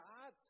God